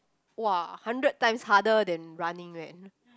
!wah! hundred times harder than running eh